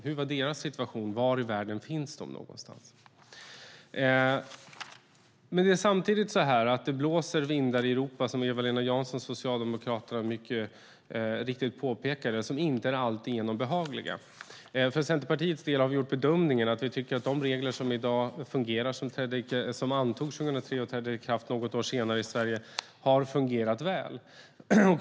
Hur var deras situation? Var i världen fanns de någonstans? Samtidigt blåser det vindar i Europa som inte är alltigenom behagliga, som Eva-Lena Jansson, Socialdemokraterna, mycket riktigt påpekade. För Centerpartiets del har vi gjort bedömningen att de regler som finns i dag, som antogs 2003 och trädde i kraft något år senare i Sverige, har fungerat väl.